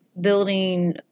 building